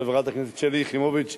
חברת הכנסת שלי יחימוביץ,